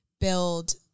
build